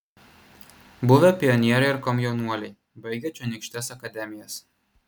buvę pionieriai ir komjaunuoliai baigę čionykštes akademijas